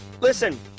listen